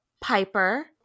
Piper